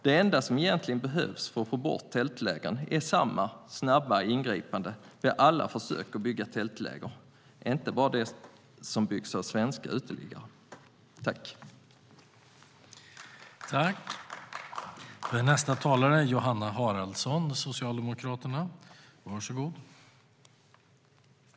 Det enda som egentligen behövs för att få bort tältlägren är samma snabba ingripande vid alla försök att bygga tältläger, inte bara om de byggs av svenska uteliggare.I detta anförande instämde Runar Filper .